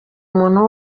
umuntu